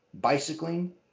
bicycling